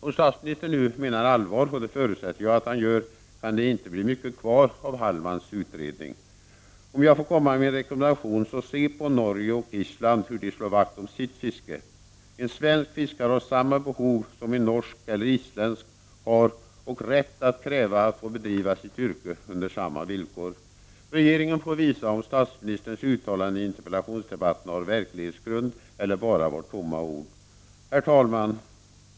Om statsministern menar allvar, och det förutsätter jag att han gör, kan det inte bli mycket kvar av Hallmans utredning. Jag vill komma med en rekommendation. Se på Norge och Island och hur de slår vakt om sitt fiske. En svensk fiskare har samma behov som en norsk eller isländsk fiskare, och han har rätt att kräva att få bedriva sitt yrke under samma villkor. Regeringen får nu visa om statsministerns uttalanden i interpellationsdebatten har verklighetsgrund eller om det bara var tomma ord. Herr talman!